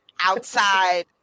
outside